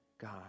God